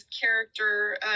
character